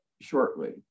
shortly